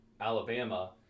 Alabama